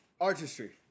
artistry